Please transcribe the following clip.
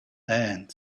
end